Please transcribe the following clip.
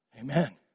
amen